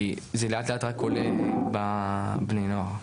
כי זה לאט לאט רק עולה בקרב בני נוער.